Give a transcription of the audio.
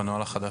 הנוהל החדש